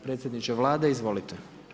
Predsjedniče Vlade, izvolite.